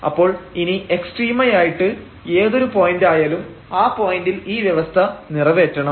അപ്പോൾ ഇനി എക്സ്ട്രീമയമായിട്ട് ഏതൊരു പോയന്റായാലും ആ പോയന്റിൽ ഈ വ്യവസ്ഥ നിറവേറ്റണം